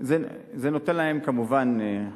זה נותן להם כמובן,